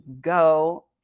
go